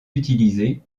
utilisé